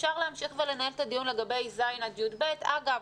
אפשר להמשיך ולנהל את הדיון לגבי ז' עד י"ב, אגב,